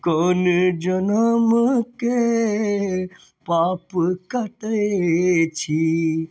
कोन जनमके पाप कटै छी